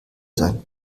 sein